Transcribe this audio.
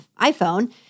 iPhone